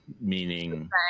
meaning